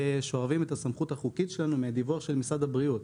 שואבים את הסמכות החוקית שלנו מדיווח של משרד הבריאות.